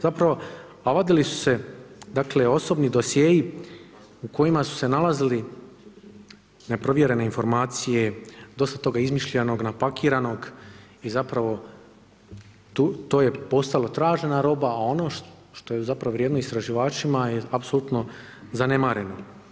Zapravo, vadili su se dakle, osobni dosjei u kojima su se nalazili neprovjerene informacije, dosta toga izmišljenog, napakiranog i zapravo to je postala tražena roba, a ono što je zapravo vrijedno istraživačima je apsolutno zanemareno.